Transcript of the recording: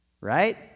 Right